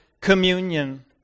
communion